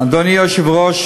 אדוני היושב-ראש,